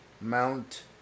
Mount